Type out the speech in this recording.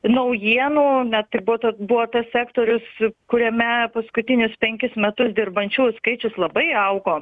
naujienų net ir buvo buvo tas sektorius kuriame paskutinius penkis metus dirbančiųjų skaičius labai augo